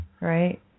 Right